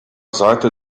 seite